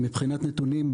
מבחינת נתונים,